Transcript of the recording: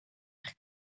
eich